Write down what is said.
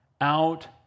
out